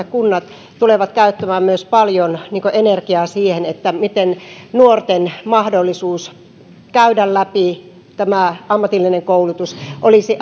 kunnat tulevat myös käyttämään paljon energiaa siihen miten nuorten mahdollisuus käydä läpi ammatillinen koulutus olisi